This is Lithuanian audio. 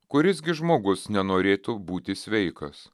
kuris gi žmogus nenorėtų būti sveikas